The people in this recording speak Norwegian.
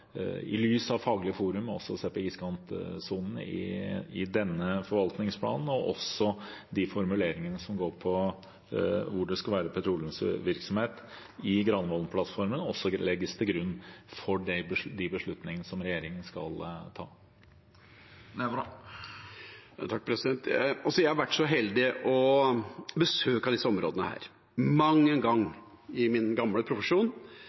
se på iskantsonen i denne forvaltningsplanen. Og de formuleringene i Granavolden-plattformen som går på hvor det skal være petroleumsvirksomhet, legges også til grunn for de beslutninger som regjeringen skal ta. Jeg har vært så heldig og besøkt disse områdene – mang en gang i min gamle profesjon.